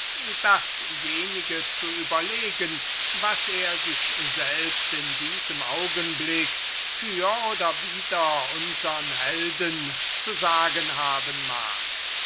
dasjenige zu überlegen was er sich selbst in diesem augenblick für oder wider unsern helden zu sagen haben mag